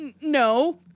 no